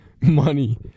money